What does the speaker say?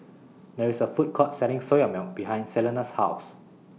There IS A Food Court Selling Soya Milk behind Celena's House